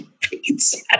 pizza